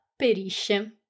perisce